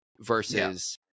versus